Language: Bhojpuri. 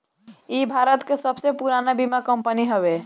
इ भारत के सबसे पुरान बीमा कंपनी हवे